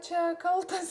čia kaltas